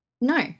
No